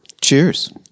Cheers